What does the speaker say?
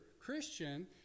Christian